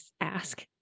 ask